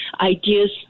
ideas